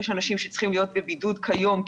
יש אנשים שצריכים להיות בבידוד כיום,